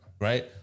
Right